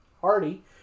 Hardy